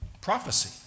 prophecy